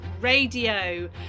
Radio